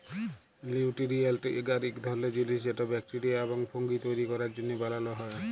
লিউটিরিয়েল্ট এগার ইক ধরলের জিলিস যেট ব্যাকটেরিয়া এবং ফুঙ্গি তৈরি ক্যরার জ্যনহে বালাল হ্যয়